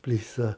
please sir